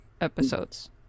episodes